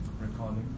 recording